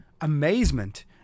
amazement